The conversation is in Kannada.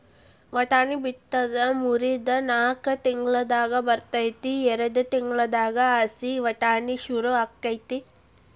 ವಟಾಣಿ ಬಿತ್ತಿದ ಮೂರಿಂದ ನಾಕ್ ತಿಂಗಳದಾಗ ಬರ್ತೈತಿ ಎರ್ಡ್ ತಿಂಗಳದಾಗ ಹಸಿ ವಟಾಣಿ ಸುರು ಅಕೈತಿ